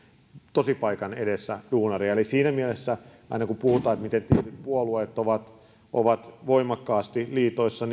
tosipaikan edessä duunaria eli siinä mielessä aina kun puhutaan miten tietyt puolueet ovat ovat voimakkaasti liitoissa